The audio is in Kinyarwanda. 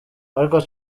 ariko